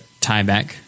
tieback